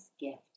gift